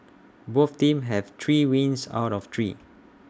both teams have three wins out of three